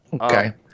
Okay